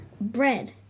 Bread